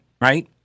Right